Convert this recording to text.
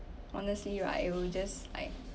honestly right you will just like